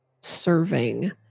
serving